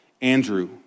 Andrew